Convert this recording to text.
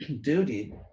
duty